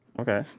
Okay